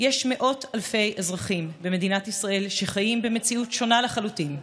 יש מאות אלפי אזרחים במדינת ישראל שחיים במציאות שונה לחלוטין.